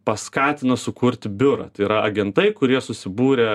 paskatino sukurti biurą tai yra agentai kurie susibūrė